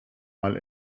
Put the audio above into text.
mal